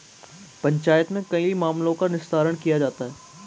पंचायत में कई मामलों का निस्तारण किया जाता हैं